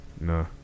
No